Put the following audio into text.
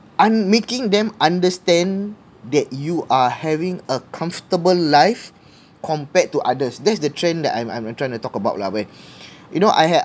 I'm making them understand that you are having a comfortable life compared to others that's the trend that I'm I'm I'm trying to talk about lah ah boy you know I